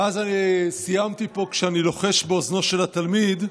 ואז סיימתי פה כשאני לוחש באוזנו של התלמיד: